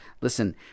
listen